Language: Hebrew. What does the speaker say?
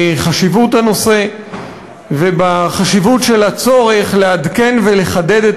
לגבי חשיבות הנושא וחשיבות הצורך לעדכן ולחדד את